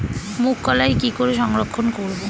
মুঘ কলাই কি করে সংরক্ষণ করব?